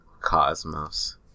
Cosmos